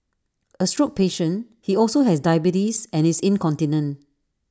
A stroke patient he also has diabetes and is incontinent